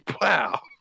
wow